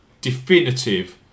definitive